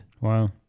Wow